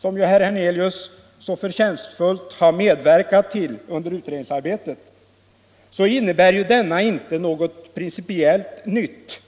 som herr Hernelius så förtjänstfullt har medverkat till under utredningsarbetet, finner ju att denna inte innebär något principiellt nytt.